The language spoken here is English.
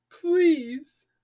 please